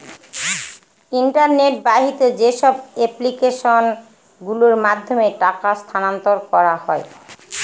internet বাহিত যেসব application গুলোর মাধ্যমে টাকা স্থানান্তর করা হয়